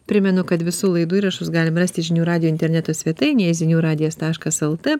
primenu kad visų laidų įrašus galim rasti žinių radijo interneto svetainėje zinių radijas taškas lt